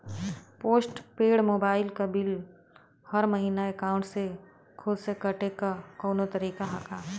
Post paid mobile क bill हर महिना एकाउंट से खुद से कटे क कौनो तरीका ह का?